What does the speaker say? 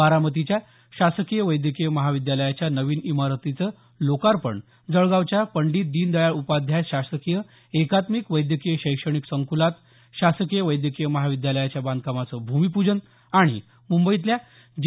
बारामतीच्या शासकीय वैद्यकीय महाविद्यालयाच्या नवीन इमारतीचं लोकार्पण जळगावच्या पंडित दीनदयाळ उपाध्याय शासकीय एकात्मिक वैद्यकीय शैक्षणिक संकुलात शासकीय वैद्यकीय महाविद्यालयाच्या बांधकामाचं भूमिपूजन आणि मुंबईतल्या जे